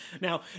Now